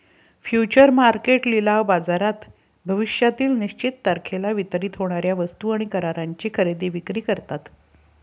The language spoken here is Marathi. फ्युचर मार्केट लिलाव बाजारात भविष्यातील निश्चित तारखेला वितरित होणार्या वस्तू आणि कराराची खरेदी विक्री करतात